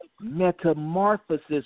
metamorphosis